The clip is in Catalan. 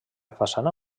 façana